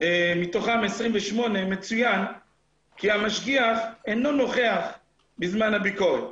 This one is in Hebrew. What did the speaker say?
מתוכן מצוין לגבי 28 כי המשגיח אינו נוכח בזמן הביקורת.